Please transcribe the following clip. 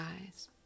eyes